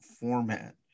format